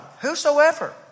Whosoever